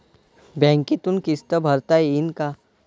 बँकेतून किस्त भरता येईन का?